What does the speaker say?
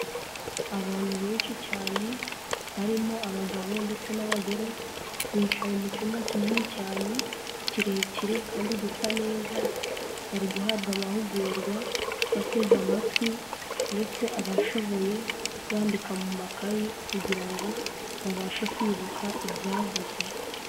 Abantu benshi cyane barimo abagabo ndetse n'abagore, bicaye mu cyumba kinini cyane, kirekire, kandi gisa neza, bari guhabwa amahugurwa bateze amatwi, ndetse abashoboye bandika mu makayi, kugira ngo babashe kwibuka ibyavuzwe.